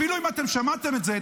אפילו אם אתם שמעתם את זה,